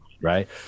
right